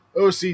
OC